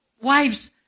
wives